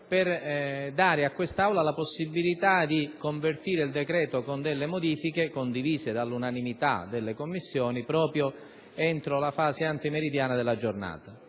dare a quest'Aula la possibilità di convertire il decreto con modifiche condivise dall'unanimità delle Commissioni entro la fase antimeridiana della giornata.